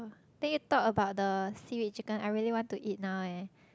then you talk about the seaweed chicken I really want to eat now eh